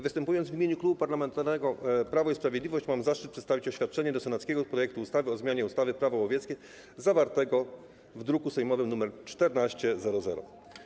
Występując w imieniu Klubu Parlamentarnego Prawo i Sprawiedliwość, mam zaszczyt przedstawić oświadczenie odnośnie do senackiego projektu ustawy o zmianie ustawy - Prawo łowieckie zawartego w druku sejmowym nr 1400.